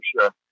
sure